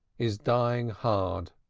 is dying hard,